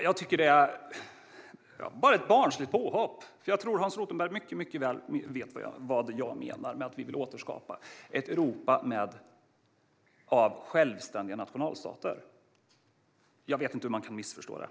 Jag tycker att detta bara är ett barnsligt påhopp. Jag tror att Hans Rothenberg mycket väl vet vad jag menar med att vi vill återskapa ett Europa av självständiga nationalstater. Jag vet inte hur man kan missförstå det.